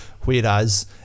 Whereas